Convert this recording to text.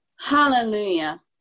Hallelujah